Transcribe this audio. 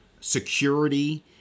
security